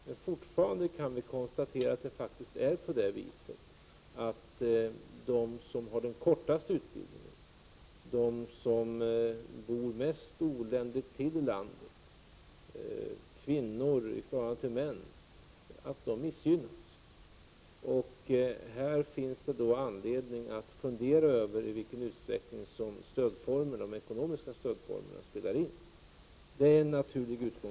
Men fortfarande kan vi konstatera att det faktiskt är på det viset att de som har den kortaste utbildningen, de som bor mest oländigt till i landet och kvinnor i förhållande till män missgynnas. Här finns det anledning att fundera över i vilken utsträckning de ekonomiska stödformerna spelar in. Det är en naturlig utgångspunkt.